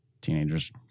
teenagers